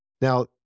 Now